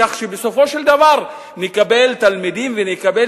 כך שבסופו של דבר נקבל תלמידים ונקבל